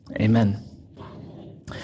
Amen